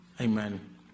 Amen